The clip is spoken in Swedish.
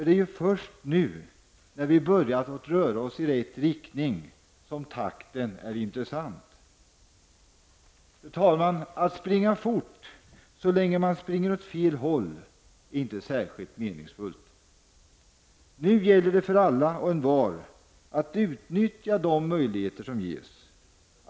Det är ju först nu när vi börjat röra oss i rätt riktning som takten är intressant. Fru talman! Att springa fort så länge man springer åt fel håll är inte särskilt meningsfullt. Nu gäller det för alla och envar att utnyttja de möjligheter som ges.